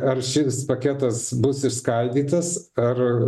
ar šis paketas bus išskaidytas ar